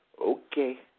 Okay